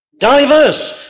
Diverse